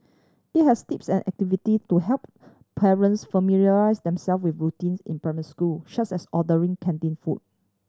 it has tips and activity to help parents familiarise themselves with routines in primary school such as ordering canteen food